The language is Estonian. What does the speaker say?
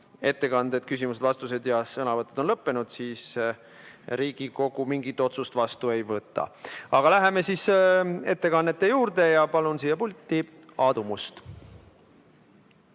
ettekanded, küsimused-vastused ja sõnavõtud on lõppenud, siis Riigikogu mingit otsust vastu ei võta. Aga läheme siis ettekannete juurde ja palun siia pulti Aadu Musta.